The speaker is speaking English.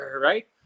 right